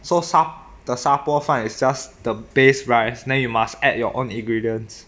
so 沙 the 沙煲饭 is just the base rice then you must add your own ingredients